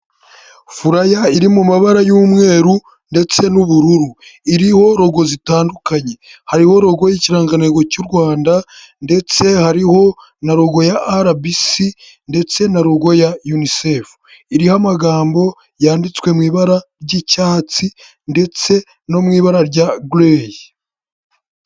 Furaya iri mu mabara y'umweru ndetse n'ubururu iriho Logo zitandukanye. Hariho logo y'ikirangantego cy'u Rwanda, ndetse hariho na logo ya RBC, ndetse na logo ya UNICEF iriho amagambo yanditswe mu ibara ry'icyatsi ndetse no mu ibara rya grey.